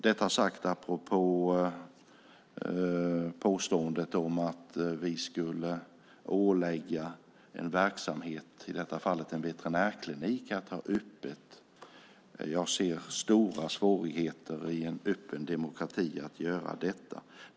Detta sagt apropå påståendet att vi skulle ålägga en verksamhet, i detta fall en veterinärklinik, att ha öppet. Jag ser stora svårigheter att i en öppen demokrati göra detta.